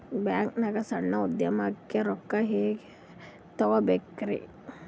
ಬ್ಯಾಂಕ್ನಾಗ ಸಣ್ಣ ಉದ್ಯಮಕ್ಕೆ ರೊಕ್ಕ ಹೆಂಗೆ ತಗೋಬೇಕ್ರಿ?